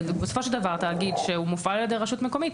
זה בסופו של דבר תאגיד שהוא מופעל על ידי רשות מקומית,